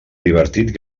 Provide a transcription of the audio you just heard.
divertit